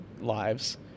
lives